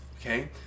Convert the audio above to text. Okay